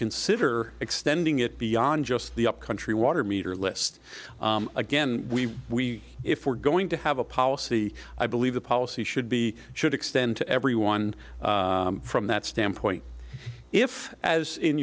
consider extending it beyond just the upcountry water meter list again we we if we're going to have a policy i believe the policy should be should extend to everyone from that standpoint if as in